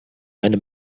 meine